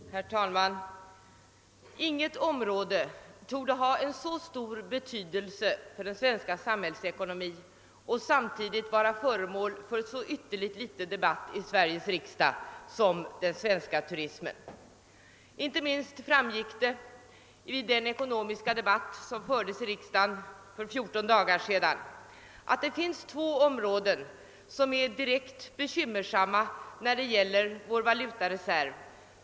Herr talman! Inget område torde ha så stor betydelse för den svenska samhällsekonomin och samtidigt vara föremål för så ytterligt liten diskussion i Sveriges riksdag som den svenska turismen. Inte minst framgick det av den ekonomiska debatt som fördes här för 14 dagar sedan att det finns två områden som är direkt bekymmersamma för vår valutareserv.